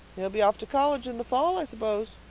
he'll be off to college in the fall, i suppose.